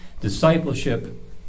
Discipleship